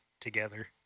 together